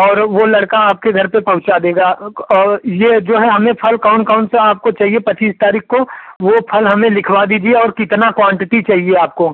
और वह लड़का आपके घर पर पहुंचा देगा और यह जो हैं हमें फल कौन कौन सा आपको चाहिए पच्चीस तारीख को वह फल हमें लिखवा दीजिए और कितना क्वांटिटी चाहिए आपको